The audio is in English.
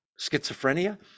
Schizophrenia